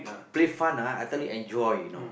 play fun ah I tell you to enjoy you know